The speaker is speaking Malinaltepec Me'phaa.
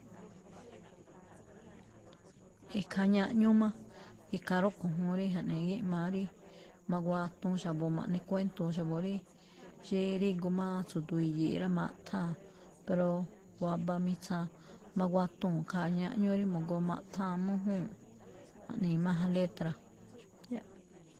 Ikhaa ñaꞌñúún má, ikhaa rúꞌkho̱ juun rí, ja̱ꞌnee, gíꞌmaa rí maguatuun xa̱bo̱ ma̱ꞌne kuénto̱o̱ xa̱bo̱ rí, xí rígu máá tsu̱du̱u̱ i̱yi̱i̱ꞌ rá, maꞌtháa̱n. Pero, waba mitsaan mawatuu̱n khaa ñaꞌñúú rí ma̱goo maꞌtháa̱n mújúu̱n, ma̱ꞌnii̱ máján letra.